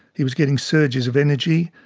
he was getting surges of energy.